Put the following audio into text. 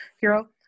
hero